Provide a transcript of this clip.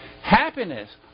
Happiness